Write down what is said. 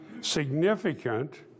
significant